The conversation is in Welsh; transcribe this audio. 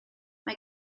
mae